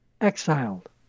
exiled